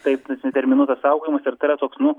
taip nes neterminuotas saugojimas ir tai yra toks nu